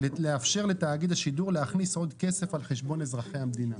לאפשר לתאגיד השידור להכניס עוד כסף על חשבון אזרחי המדינה.